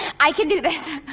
i can do this.